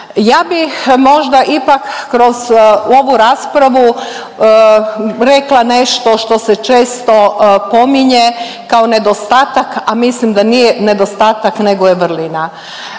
Ja bih možda ipak kroz ovu raspravu rekla nešto što se često pominje kao nedostatak, a mislim da nije nedostatak nego je vrlina.